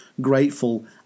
grateful